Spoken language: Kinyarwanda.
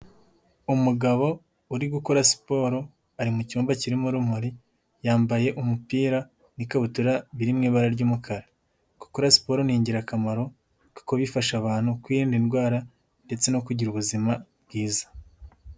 Umugabo uri gukora siporo, ari mu cyumba kirimo urumuri, yambaye umupira n'ikabutura biri mu ibara ry'umukara. Gukora siporo ni ingirakamaro kuko bifasha abantu kwirinda indwara ndetse no kugira ubuzima bwiza.